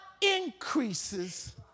increases